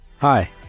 Hi